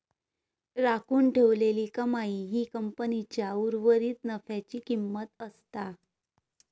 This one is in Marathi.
राखून ठेवलेली कमाई ही कंपनीच्या उर्वरीत नफ्याची किंमत असता